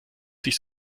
sich